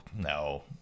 no